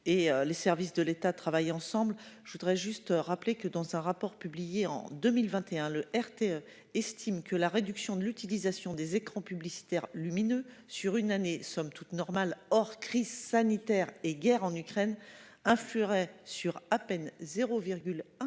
les services de l'État travaillent ensemble, je voudrais juste rappeler que dans un rapport publié en 2021, le RT estime que la réduction de l'utilisation des écrans publicitaires lumineux sur une année somme toute normal hors crise sanitaire et guerre en Ukraine. Influerait sur à peine 0,1%